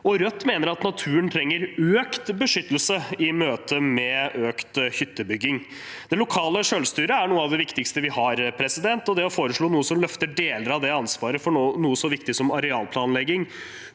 Rødt mener naturen trenger økt beskyttelse i møte med økt hyttebygging. Det lokale selvstyret er noe av det viktigste vi har, og det å foreslå noe som løfter deler av ansvaret for noe så viktig som arealplanlegging,